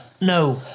no